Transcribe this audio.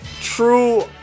true